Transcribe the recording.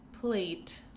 Plate